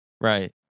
Right